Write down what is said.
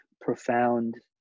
profound